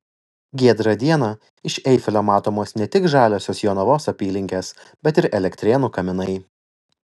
giedrą dieną iš eifelio matomos ne tik žaliosios jonavos apylinkės bet ir elektrėnų kaminai